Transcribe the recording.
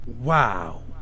Wow